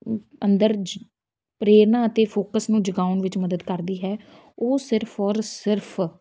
ਅੰਦਰ ਜੁ ਪ੍ਰੇਰਨਾ ਅਤੇ ਫੋਕਸ ਨੂੰ ਜਗਾਉਣ ਵਿੱਚ ਮਦਦ ਕਰਦੀ ਹੈ ਉਹ ਸਿਰਫ਼ ਔਰ ਸਿਰਫ਼